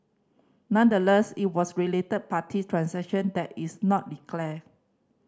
nonetheless it was related party transaction that it's not declared